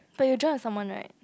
but you jump with someone right